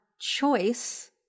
choice